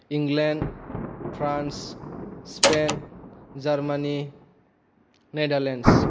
England France Spain Germany Netherlands